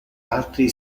altri